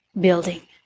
building